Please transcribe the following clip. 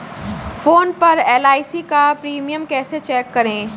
Phone पर एल.आई.सी का premium कैसे चेक करें?